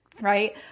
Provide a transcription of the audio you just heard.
right